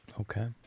Okay